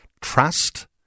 trust